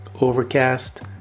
Overcast